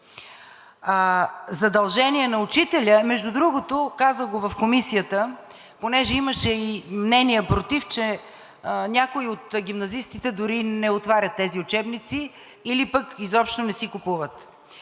Задължение на учителя е… Между другото, казах го и в Комисията, понеже имаше и мнения против, че някои от гимназистите дори не отварят тези учебници или пък изобщо не си купуват.